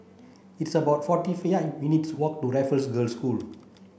it's about forty minutes' walk to Raffles Girls' School